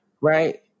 Right